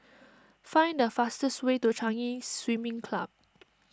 find the fastest way to Chinese Swimming Club